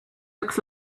looks